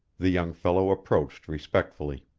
the young fellow approached respectfully.